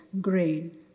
grain